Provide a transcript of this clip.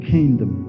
Kingdom